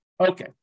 Okay